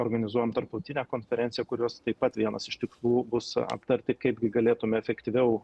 organizuojam tarptautinę konferenciją kurios taip pat vienas iš tikslų bus aptarti kaipgi galėtume efektyviau